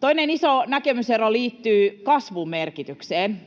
Toinen iso näkemysero liittyy kasvun merkitykseen.